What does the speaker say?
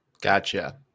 Gotcha